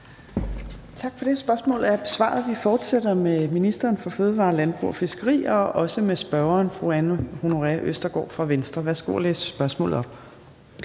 Tak for det. Spørgsmålet er besvaret. Vi fortsætter med ministeren for fødevarer, landbrug og fiskeri og også med spørgeren, fru Anne Honoré Østergaard fra Venstre. Kl. 14:50 Spm. nr.